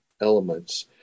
elements